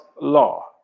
law